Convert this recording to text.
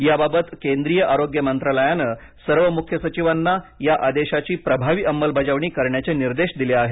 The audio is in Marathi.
याबाबत केंद्रीय आरोग्य मंत्रालयाने सर्व मुख्य सचिवांना या आदेशाची प्रभावी अंमलबजावणी करण्याचे निर्देश दिले आहेत